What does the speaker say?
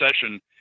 session